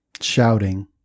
shouting